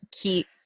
keep